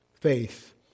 faith